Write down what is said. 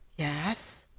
yes